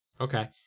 okay